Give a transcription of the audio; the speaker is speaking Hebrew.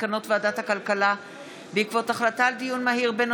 מסקנות ועדת הכלכלה בעקבות דיון מהיר בהצעתם של חברי הכנסת מאיר כהן,